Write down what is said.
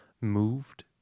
moved